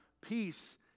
peace